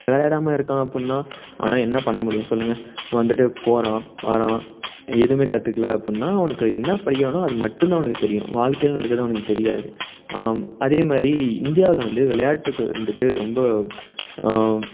விளாடாம இருக்கான் அப்புடின்னா அவனால் என்ன பண்ண முடியும் சொல்லுங்க இப்போ வந்துட்டு போகிறான் வரான் எதுவுமே கற்றுக்கல அப்புடின்னா அவனுக்கு என்ன படிக்கிறானோ அது மட்டும்தான் அவனுக்கு தெரியும் வாழ்க்கையில நடக்கிறது அவனுக்கு தெரியாது அதேமாதிரி இந்தியாவில் வந்து விளையாட்டுக்கு வந்துட்டு ரொம்ப